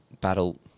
battle